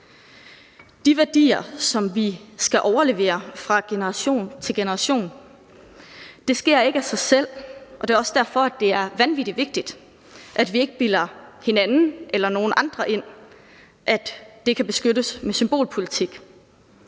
de værdier, som vi skal overlevere fra generation til generation. Det sker ikke af sig selv, og det er også derfor, det er vanvittig vigtigt, at vi ikke bilder hinanden eller nogen andre ind, at de kan beskyttes med symbolpolitik.